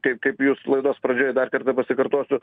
kaip kaip jūsų laidos pradžioje dar kartą pasikartosiu